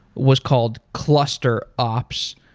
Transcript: was called cluster ops.